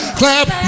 clap